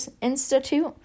institute